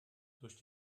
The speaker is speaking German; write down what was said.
durch